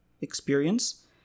experience